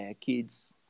kids